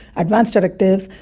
advance directives,